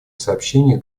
сообщение